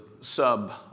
sub